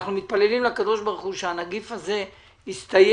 אנחנו מתפללים לקדוש ברוך הוא שהנגיף הזה יסתיים,